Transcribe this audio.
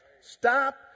Stop